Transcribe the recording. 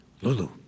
Lulu